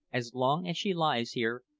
as long as she lies here,